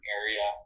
area